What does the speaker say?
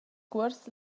cuors